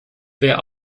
wer